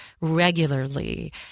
regularly